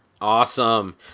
Awesome